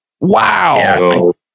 Wow